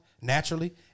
naturally